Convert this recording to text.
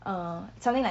uh something like